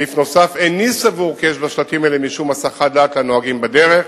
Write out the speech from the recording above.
סעיף נוסף: איני סבור כי יש בשלטים האלה משום הסחת דעת לנוהגים בדרך,